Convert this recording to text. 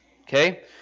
Okay